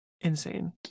Insane